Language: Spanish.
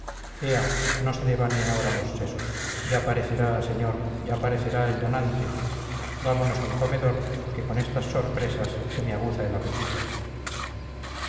no se devane ahora los sesos ya parecerá señor ya parecerá el donante vámonos al comedor que con estas sorpresas se me aguza el apetito